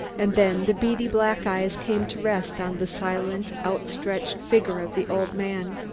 and then the beady black eyes came to rest on the silent, outstretched figure of the old man.